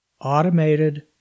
automated